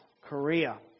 Korea